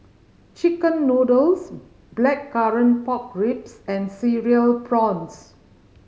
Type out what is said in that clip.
chicken noodles Blackcurrant Pork Ribs and Cereal Prawns